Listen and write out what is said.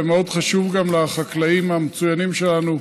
ומאוד חשוב גם לחקלאים המצוינים שלנו,